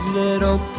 little